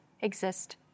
exist